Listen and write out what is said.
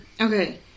Okay